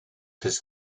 his